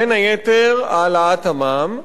בין היתר העלאת המע"מ,